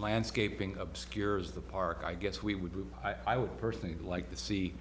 landscaping obscures the park i guess we would i would personally like to see